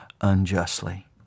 unjustly